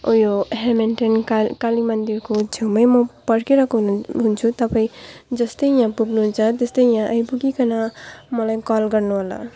ऊ यो हेमिल्टन काली काली मन्दिरको छेउमै म पर्खिरहेको हुनु हुन्छु तपाईँ जस्तै यहाँ पुग्नुहुन्छ त्यस्तै यहाँ आइपुगिकन मलाई कल गर्नुहोला